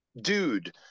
dude